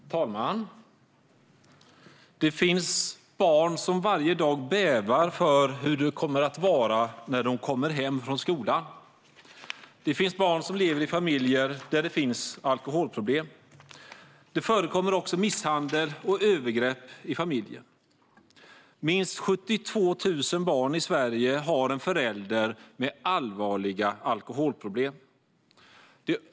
Fru talman! Det finns barn som varje dag bävar för hur det kommer att vara när de kommer hem från skolan. Det är barn som lever i familjer där det finns alkoholproblem. Det förekommer också ofta misshandel och övergrepp i familjen. Minst 72 000 barn i Sverige har en förälder med allvarliga alkoholproblem.